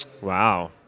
Wow